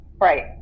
Right